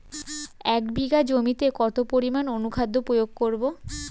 এক বিঘা জমিতে কতটা পরিমাণ অনুখাদ্য প্রয়োগ করব?